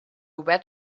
red